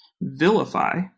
vilify